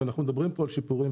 ואנחנו מדברים פה על שיפורים,